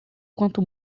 quanto